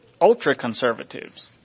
ultra-conservatives